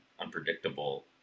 unpredictable